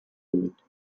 dut